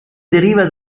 deriva